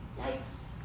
yikes